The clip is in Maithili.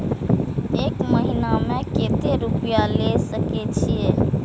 एक महीना में केते रूपया ले सके छिए?